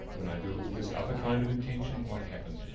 when i do it with this other kind of intention, what happens?